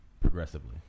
progressively